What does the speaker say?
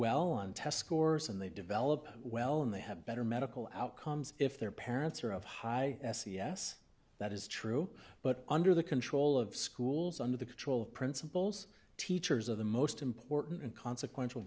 well on test scores and they develop well and they have better medical outcomes if their parents are of high s e s that is true but under the control of schools under the control of principals teachers of the most important and consequential